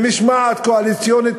במשמעת קואליציונית